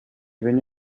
venu